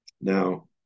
Now